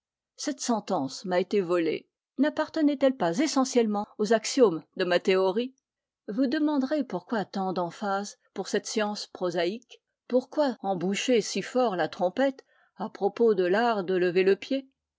cette sentence m'a été volée n'appartenaitelle pas essentiellement aux axiomes de ma théorie vous demanderez pourquoi tant d'emphase pour cette science prosaïque pourquoi emboucher si fort la trompette à propos de l'art de lever le pied